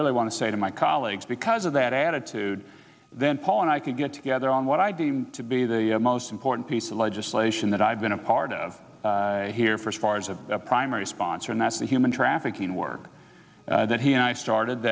really want to say to my colleagues because of that attitude then paul and i could get together on what i deem to be the most important piece of legislation that i've been a part of here for so far as a primary sponsor and that's the human trafficking work that he started